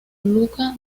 luca